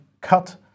cut